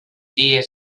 dies